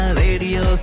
radio